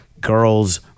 girls